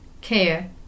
care